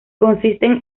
consisten